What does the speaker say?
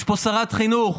יש פה שרת חינוך